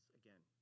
again